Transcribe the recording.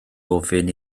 ofyn